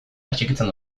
atxikitzen